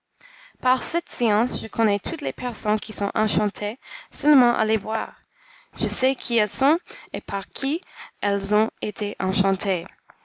par cette science je connais toutes les personnes qui sont enchantées seulement à les voir je sais qui elles sont et par qui elles ont été enchantées